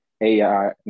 AI